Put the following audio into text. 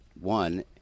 one